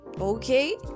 okay